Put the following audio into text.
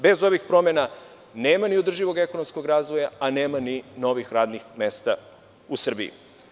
Bez ovih promena nema ni održivog ekonomskog razvoja, a nema ni novih radnih mesta u Srbiji.